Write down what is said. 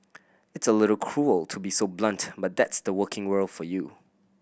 it's a little cruel to be so blunt but that's the working world for you